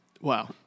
Wow